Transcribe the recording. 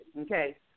okay